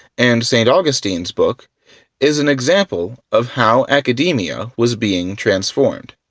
and st. augustine's book is an example of how academia was being transformed.